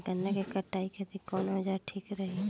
गन्ना के कटाई खातिर कवन औजार ठीक रही?